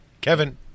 Kevin